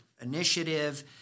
initiative